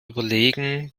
überlegen